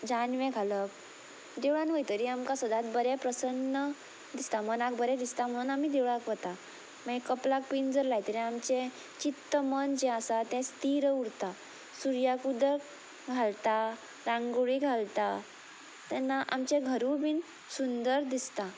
जानवें घालप देवळान वयतरीर आमकां सदांच बरें प्रसन्न दिसता मनाक बरें दिसता म्हणून आमी देवळाक वता मागीर कपलाक बीन जर लायतरी आमचे चित्त मन जें आसा तें स्थीर उरता सुर्याक उदक घालता रांगोळी घालता तेन्ना आमचें घरूय बीन सुंदर दिसता